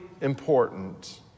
important